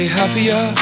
happier